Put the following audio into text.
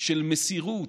של מסירות,